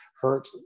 hurt